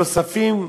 נוספים,